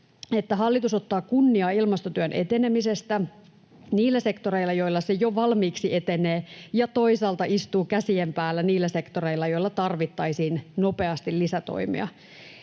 hallitus ottaa kunniaa ilmastotyön etenemisestä niillä sektoreilla, joilla se jo valmiiksi etenee ja toisaalta istuu käsien päällä niillä sektoreilla, joilla tarvittaisiin nopeasti lisätoimia.